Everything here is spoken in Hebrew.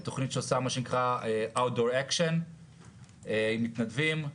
תוכנית שעושה מה שנקרה outdoor action עם מתנדבים.